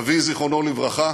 אבי זיכרונו לברכה